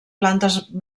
plantes